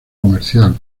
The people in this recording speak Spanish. comercial